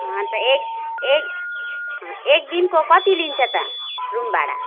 अनि त एक एक एक दिनको कति लिन्छ त रुम भाडा